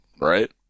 Right